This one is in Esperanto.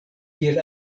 kiel